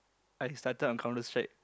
I started on Counterstrike